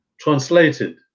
translated